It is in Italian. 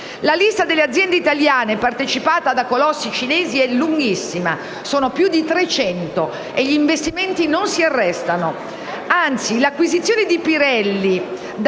La lista delle aziende italiane partecipate da colossi cinesi è lunghissima - sono più di 300 - e gli investimenti non si arrestano. Anzi, l'acquisizione di Pirelli